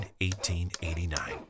1889